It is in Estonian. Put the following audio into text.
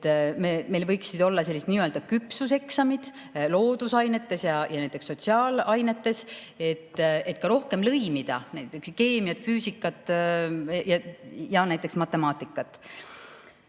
meil võiksid olla nii-öelda küpsuseksamid loodusainetes ja näiteks sotsiaalainetes, et rohkem lõimida keemiat, füüsikat ja näiteks matemaatikat.